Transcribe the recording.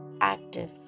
active